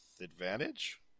advantage